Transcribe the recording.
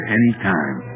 anytime